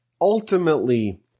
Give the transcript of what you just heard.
Ultimately